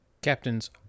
captain's